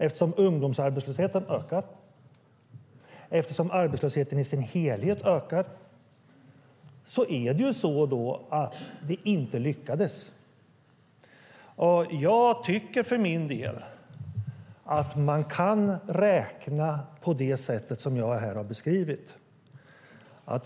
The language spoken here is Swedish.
Eftersom ungdomsarbetslösheten ökar och arbetslösheten i sin helhet ökar lyckades det inte. Jag tycker för min del att man kan räkna på det sätt som jag här har beskrivit.